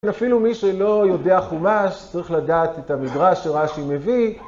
אפילו מי שלא יודע חומש, צריך לדעת את המדרש שרש"י מביא.